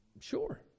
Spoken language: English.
Sure